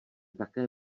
také